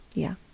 yeah.